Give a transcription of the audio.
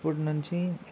అప్పుడు నుంచి